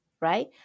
right